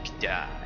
die